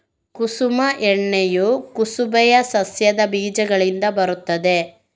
ಕುಸುಮ ಎಣ್ಣೆಯು ಕುಸುಬೆಯ ಸಸ್ಯದ ಬೀಜಗಳಿಂದ ಬರುತ್ತದೆ